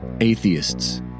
atheists